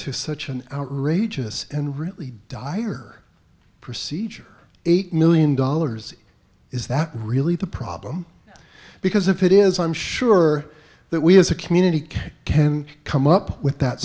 to such an outrageous and really dire procedure eight million dollars is that really the problem because if it is i'm sure that we as a community can can come up with that